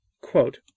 quote